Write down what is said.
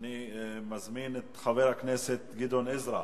אני מזמין את חבר הכנסת גדעון עזרא.